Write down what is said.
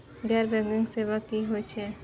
गैर बैंकिंग सेवा की होय छेय?